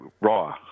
raw